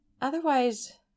otherwise